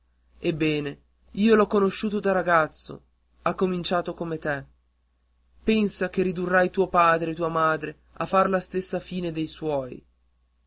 ebbene io l'ho conosciuto ragazzo ha cominciato come te pensa che ridurrai tuo padre e tua madre a far la stessa fine dei suoi